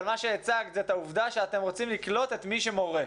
אבל מה שהצגת היא העובדה שאתם רוצים לקלוט את מי שמורה.